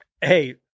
Hey